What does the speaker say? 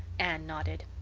anne nodded.